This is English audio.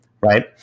right